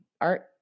art